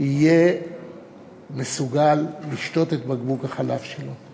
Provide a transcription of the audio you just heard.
יהיה מסוגל לשתות את בקבוק החלב שלו.